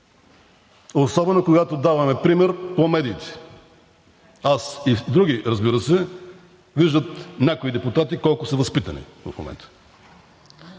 особено когато даваме пример по медиите. Аз – и други, разбира се, виждат някои депутати колко са възпитани в момента.